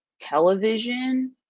television